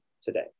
today